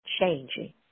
changing